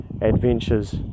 adventures